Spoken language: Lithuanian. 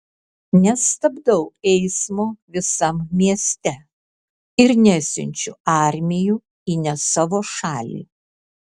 nestabdau eismo visam mieste ir nesiunčiu armijų į ne savo šalį